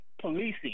policing